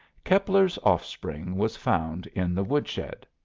keppler's offspring was found in the woodshed.